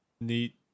neat